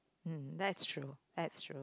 hm that's true that's true